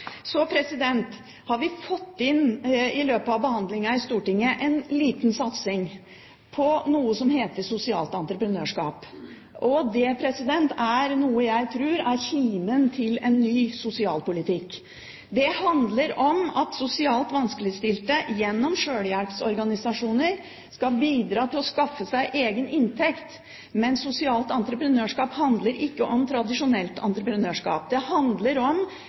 Så har vi i løpet av behandlingen i Stortinget fått til en liten satsing på noe som heter sosialt entreprenørskap. Det tror jeg er kimen til en ny sosialpolitikk. Det handler om at sosialt vanskeligstilte gjennom sjølhjelpsorganisasjoner skal bidra til å skaffe seg egen inntekt. Men sosialt entreprenørskap handler ikke om tradisjonelt entreprenørskap, det handler om